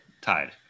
Tied